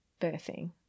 birthing